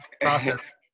process